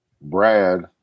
Brad